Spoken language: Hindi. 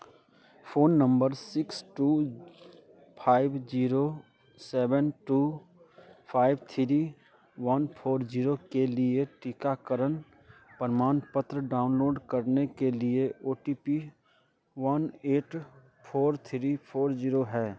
phone number six two five zero seven two five three one four zero के लिए टीकाकरण प्रमाणपत्र डाउनलोड करने के लिए OTP one eight four three four zero है